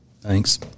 Thanks